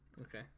Okay